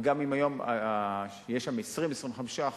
וגם אם היום יש שם 20% 25%,